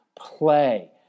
play